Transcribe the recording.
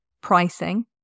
pricing